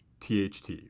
THT